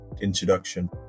introduction